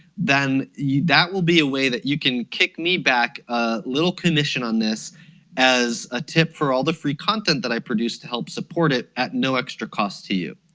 then that will be a way that you can kick me back a little commission on this as a tip for all the free content that i produce to help support it at no extra cost to you.